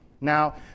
Now